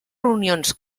reunions